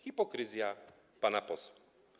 Hipokryzja pana posła.